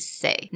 say